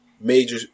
Major